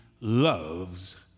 loves